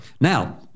Now